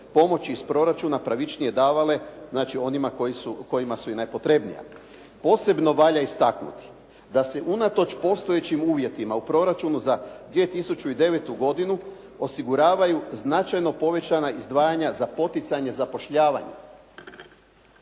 pomoći iz proračuna pravičnije davale, znači onima kojima su i najpotrebnija. Posebno valja istaknuti da se unatoč postojećim uvjetima u proračunu za 2009. godinu osiguravaju značajno povećana izdvajanja za poticanje zapošljavanja.